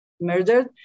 murdered